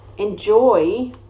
enjoy